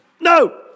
No